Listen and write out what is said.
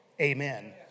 Amen